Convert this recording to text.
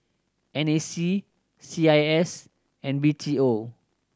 N A C C I S and B T O